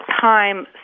time